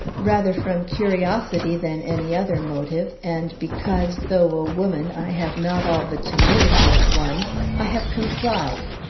rather from curiosity than any other motive and because, though a woman, i have not all the timidity of one i have complied.